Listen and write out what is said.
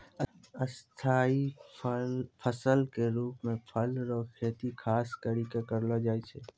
स्थाई फसल के रुप मे फल रो खेती खास करि कै करलो जाय छै